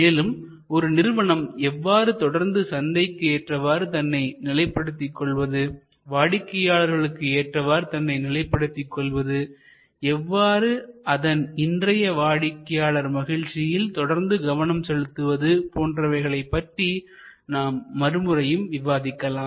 மேலும் ஒரு நிறுவனம் எவ்வாறு தொடர்ந்து சந்தைக்கு ஏற்றவாறு தன்னை நிலைப்படுத்திக் கொள்வது வாடிக்கையாளர்களுக்கு ஏற்றவாறு தன்னை நிலைப்படுத்திக் கொள்வது எவ்வாறு அதன் இன்றைய வாடிக்கையாளர் மகிழ்ச்சியில் தொடர்ந்து கவனம் செலுத்துவது போன்றவைகளைப் பற்றி நாம் மறுமுறையும் விவாதிக்கலாம்